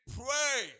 pray